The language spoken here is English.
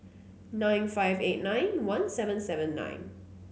nine five eight nine one seven seven nine